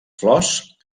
flors